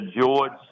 George